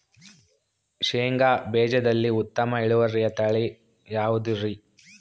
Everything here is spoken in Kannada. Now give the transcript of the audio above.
ಶೇಂಗಾ ಬೇಜದಲ್ಲಿ ಉತ್ತಮ ಇಳುವರಿಯ ತಳಿ ಯಾವುದುರಿ?